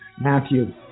Matthew